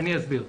אני אסביר.